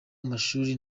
amashuri